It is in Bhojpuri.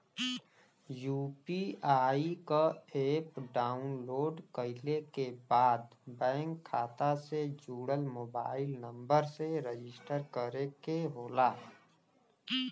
यू.पी.आई क एप डाउनलोड कइले के बाद बैंक खाता से जुड़ल मोबाइल नंबर से रजिस्टर करे के होला